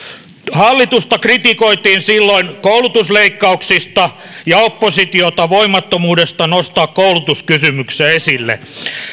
hallitusta kritikoitiin silloin koulutusleikkauksista ja oppositiota voimattomuudesta nostaa koulutuskysymyksiä esille